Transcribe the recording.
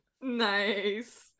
Nice